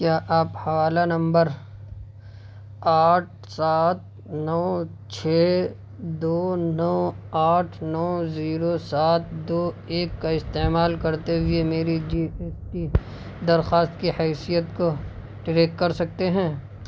کیا آپ حوالہ نمبر آٹھ سات نو چھ دو نو آٹھ نو زیرو سات دو ایک کا استعمال کرتے ہوئے میری جی ایس ٹی درخواست کی حیثیت کو ٹریک کر سکتے ہیں